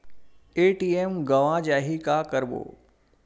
ATM गवां जाहि का करबो?